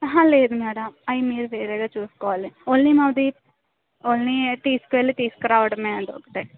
లేదు మేడం అవి మీరు వేరేగా చూసుకోవాలి ఓన్లీ మాది ఓన్లీ తీసుకువెళ్ళి తీసుకురావడమే అదొక్కటే